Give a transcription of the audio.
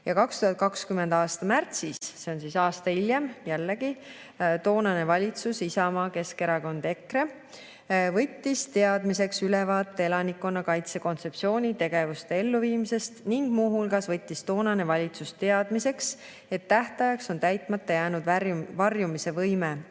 2020. aasta märtsis, aasta hiljem, jällegi toonane valitsus, Isamaa, Keskerakond ja EKRE, võttis teadmiseks ülevaate elanikkonnakaitse kontseptsiooni tegevuste elluviimisest. Muu hulgas võttis toonane valitsus teadmiseks, et tähtajaks on täitmata jäänud varjumisvõime